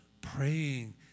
praying